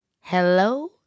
hello